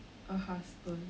a husband